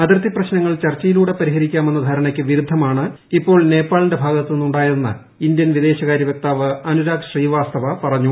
അതിർത്തി പ്രശ്നങ്ങൾ ചർച്ചയിലൂടെ പരിഹരിക്കാമെന്ന ധാരണയ്ക്ക് വിരുദ്ധമാണ് ഇപ്പോൾ നേപ്പാളിന്റെ ഭാഗത്ത് നിന്നുണ്ടായതെന്ന് ഇന്ത്യൻ വിദേശകാര്യ വക്താവ് അനുരാഗ് ശ്രീവാസ്തവ പറഞ്ഞു